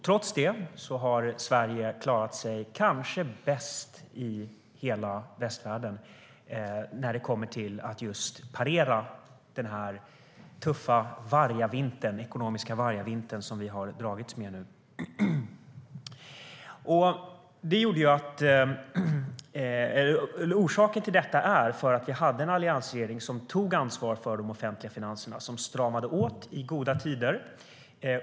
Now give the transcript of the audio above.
Trots det har Sverige klarat sig kanske bäst i hela västvärlden just när det gäller att parera den tuffa ekonomiska vargavinter som vi har dragits med. Orsaken till detta är att vi hade en alliansregering som tog ansvar för de offentliga finanserna och stramade åt i goda tider.